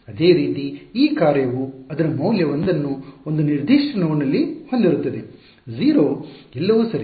ಅದೇ ರೀತಿ ಈ ಕಾರ್ಯವು ಅದರ ಮೌಲ್ಯ 1 ಅನ್ನು ಒಂದು ನಿರ್ದಿಷ್ಟ ನೋಡ್ನಲ್ಲಿ ಹೊಂದಿರುತ್ತದೆ 0 ಎಲ್ಲವೂ ಸರಿ